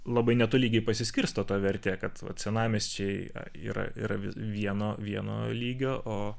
labai netolygiai pasiskirsto ta vertė kad senamiesčiai yra yra vieno vieno lygio o